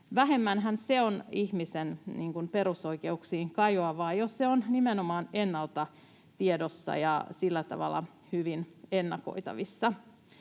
Vähemmänhän se on ihmisen perusoikeuksiin kajoavaa, jos se on nimenomaan ennalta tiedossa ja sillä tavalla hyvin ennakoitavissa.